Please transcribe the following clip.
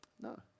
No